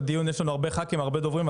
יש לנו הרבה ח"כים הרבה דוברים,